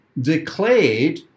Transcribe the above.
declared